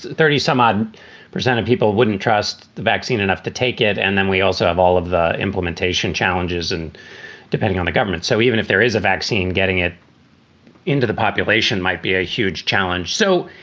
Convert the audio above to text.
thirty some odd percent of people wouldn't trust the vaccine enough to take it. and then we also have all of the implementation challenges and depending on the government. so even if there is a vaccine, getting it into the population might be a huge challenge. so,